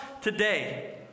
today